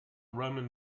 roman